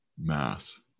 mass